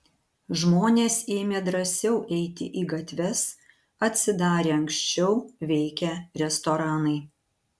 žmonės ėmė drąsiau eiti į gatves atsidarė anksčiau veikę restoranai